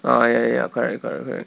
orh ya ya ya correct correct correct